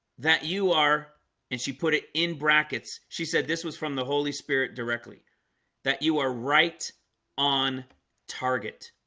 that you are and she put it in brackets. she said this was from the holy spirit directly that you are right on target